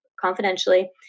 confidentially